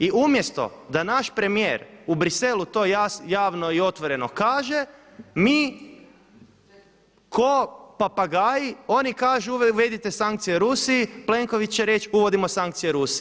I umjesto da naš premijer u premijeru to javno i otvoreno kaže mi ko papagaji, oni kažu uvedite sankcije Rusiji, Plenković će reći, uvodimo sankcije Rusiji.